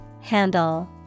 Handle